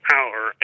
Power